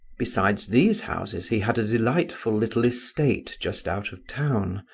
besides these houses he had a delightful little estate just out of town,